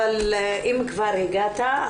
אם כבר הגעת,